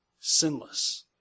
sinless